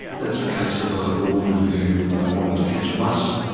that's a case of a woman who wanted to catch a bus,